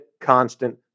constant